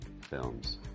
films